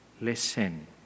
Listen